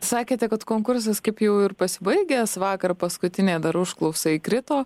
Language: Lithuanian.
sakėte kad konkursas kaip jau ir pasibaigęs vakar paskutinė dar užklausa įkrito